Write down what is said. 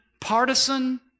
Partisan